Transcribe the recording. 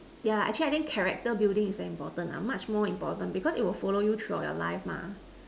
yeah actually I think character building is very important ah much more important because it will follow you throughout your life mah